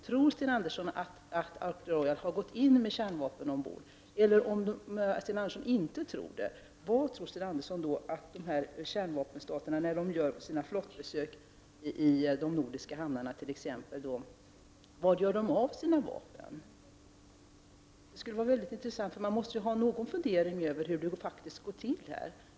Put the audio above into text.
Tror Sten Andersson att Ark Royal har gått in i hamnen med kärnvapen ombord? Om Sten Andersson inte tror det, var tror han då att kärnvapenmakterna när de gör sina flottbesök i de nordiska hamnarna gör av med sina vapen? Det skulle vara intressant att få veta. Man måste ha någon fundering över hur det faktiskt går till.